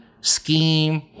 scheme